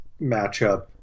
matchup